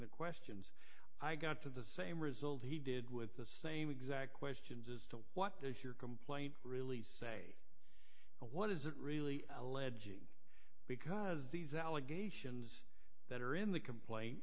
the questions i got to the same result he did with the same exact questions as to what does your complaint really say what is it really alleging because these allegations that are in the complaint